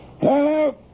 Hello